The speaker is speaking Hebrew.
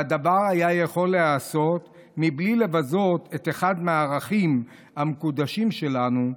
והדבר היה יכול להיעשות בלי לבזות את אחד מהערכים המקודשים שלנו,